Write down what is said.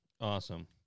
Awesome